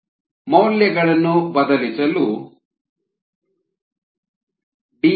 5 ಮೌಲ್ಯಗಳನ್ನು ಬದಲಿಸಲು Dm0